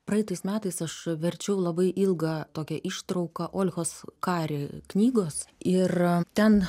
praeitais metais aš verčiau labai ilgą tokią ištrauką olhos kari knygos ir ten